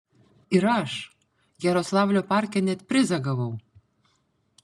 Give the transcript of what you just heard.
ir aš jaroslavlio parke net prizą gavau